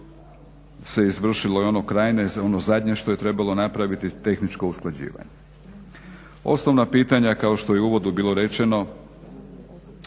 ono krajnje, ono zadnje što je trebalo napraviti tehničko usklađivanje. Osnovna pitanja kao što je u uvodu bilo rečeno